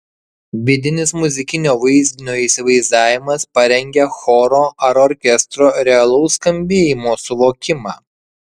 vidinis muzikinio vaizdinio įsivaizdavimas parengia choro ar orkestro realaus skambėjimo suvokimą